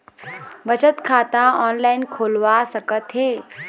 बचत खाता ऑनलाइन खोलवा सकथें?